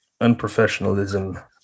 unprofessionalism